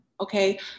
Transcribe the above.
Okay